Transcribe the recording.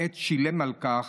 וכעת שילם על כך